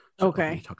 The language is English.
Okay